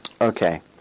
Okay